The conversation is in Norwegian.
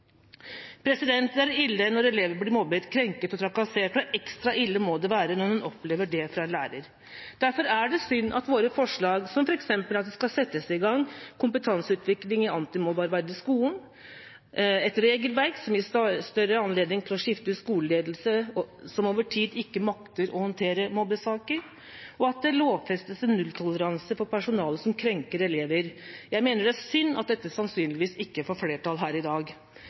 Det er ille når elever blir mobbet, krenket og trakassert, og ekstra ille må det være når en opplever det fra en lærer. Derfor er det synd at våre forslag – som f.eks. at det skal settes i gang kompetanseutvikling i antimobbearbeid i skolen, et regelverk som gir større anledning til å skifte ut skoleledelse som over tid ikke makter å håndtere mobbesaker, og at det lovfestes en nulltoleranse for personale som krenker elever – sannsynligvis ikke får flertall her i dag.